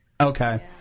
Okay